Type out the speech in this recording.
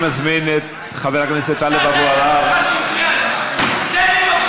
חבר הכנסת חזן, די.